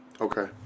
Okay